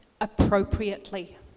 appropriately